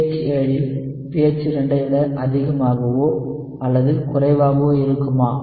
PH 7 இல் pH 2 ஐ விட அதிகமாகவோ அல்லது குறைவாகவோ இருக்குமா